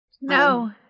No